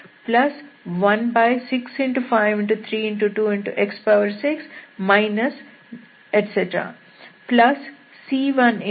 2x6 c1x 14